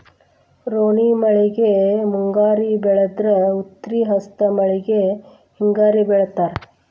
ರೋಣಿ ಮಳೆಗೆ ಮುಂಗಾರಿ ಬೆಳದ್ರ ಉತ್ರಿ ಹಸ್ತ್ ಮಳಿಗೆ ಹಿಂಗಾರಿ ಬೆಳಿತಾರ